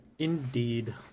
Indeed